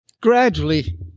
gradually